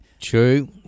True